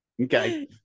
Okay